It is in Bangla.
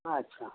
আচ্ছা